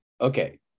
Okay